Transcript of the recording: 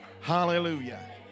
Hallelujah